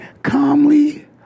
Calmly